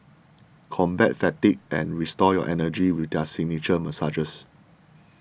combat fatigue and restore your energy with their signature massages